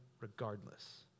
regardless